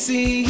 See